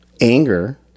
anger